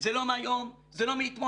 זה לא מהיום, זה לא מאתמול.